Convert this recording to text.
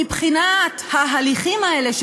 מבחינת ההליכים האלה,